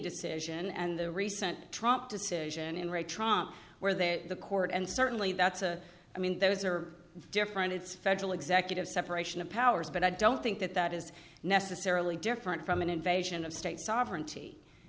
decision and the recent tromp decision in re trant where that the court and certainly that's a i mean those are different it's federal executive separation of powers but i don't think that that is necessarily different from an invasion of state sovereignty